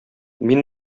мин